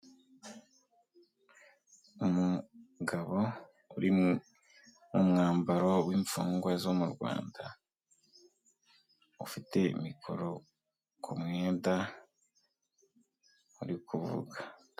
Umugabo uri mu mwambaro w'imfungwa zo mu Rwanda ufite mikoro ku mwenda uri kuvuga.